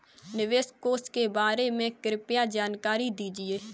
निवेश कोष के बारे में कृपया जानकारी दीजिए